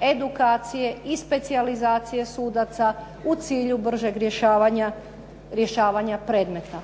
edukacije i specijalizacije sudaca u cilju bržeg rješavanja predmeta.